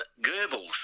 goebbels